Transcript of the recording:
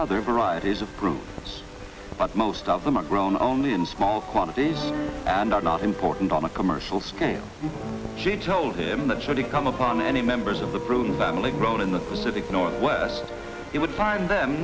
other varieties of groups but most of them are grown only in small quantities and are not important on a commercial scale she told him that should he come upon any members of the prune family grown in the pacific northwest he would find them